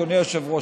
אדוני היושב-ראש,